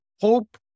hope